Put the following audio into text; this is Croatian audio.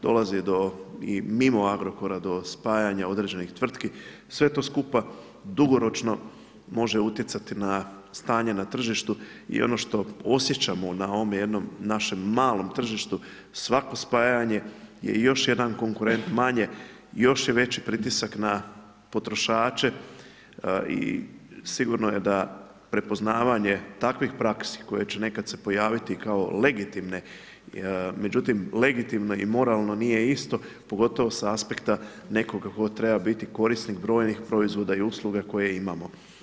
Dolazi i do i mimo Agrokora do spajanja određenih tvrtki, sve to skupa dugoročno može utjecati na stanje na tržištu i ono što osjećamo na ovome jednom našem malom tržištu, svako spajanje je još jedan konkurent manje, još je veći pritisak na potrošače i sigurno je da prepoznavanje takvih praksi koje će nekad se pojaviti kao legitimne, međutim legitimno i moralno nije isto pogotovo sa aspekta nekoga ko treba biti korisnik brojnih proizvoda i usluga koje imamo.